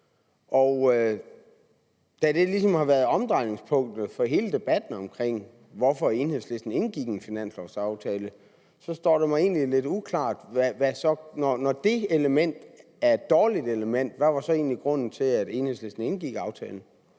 ligesom har været omdrejningspunktet for hele debatten omkring, hvorfor Enhedslisten indgik en finanslovaftale, så står det mig egentlig lidt uklart. Når det er et dårligt element, hvad var så egentlig grunden til, at Enhedslisten indgik aftalen?